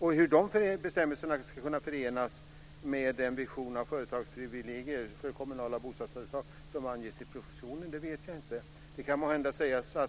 Hur de bestämmelserna ska kunna förenas med en vision om företagsprivilegier för kommunala bostadsföretag, som anges i propositionen, vet jag inte.